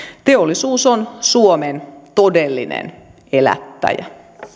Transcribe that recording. teollisuus on suomen todellinen elättäjä